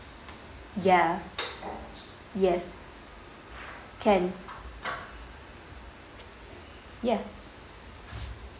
ya yes can ya